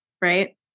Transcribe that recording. right